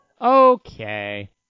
Okay